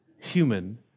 human